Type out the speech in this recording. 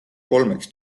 kolmeks